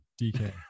DK